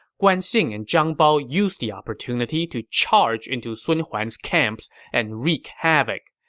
guan xing and zhang bao used the opportunity to charge into sun huan's camps and wreak havoc,